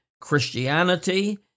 Christianity